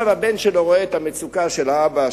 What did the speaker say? עכשיו הבן שלו רואה את המצוקה של האבא,